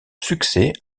succès